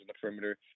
perimeter